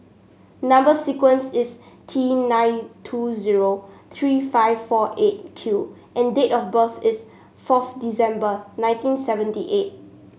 number sequence is T nine two zero three five four Eight Q and date of birth is fourth December nineteen seventy eight